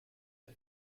der